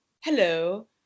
hello